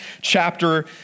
chapter